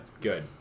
Good